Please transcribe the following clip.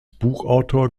buchautor